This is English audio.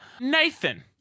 Nathan